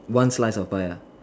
once slice of pie ah